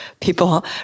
people